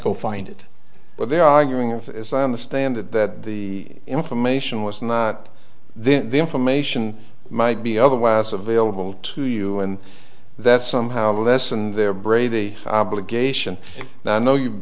go find it but they are arguing for as i understand it that the information was not there the information might be otherwise available to you and that somehow lessen their brady obligation and i know you